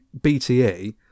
BTE